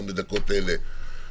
גם בדקות אלה,